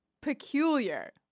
peculiar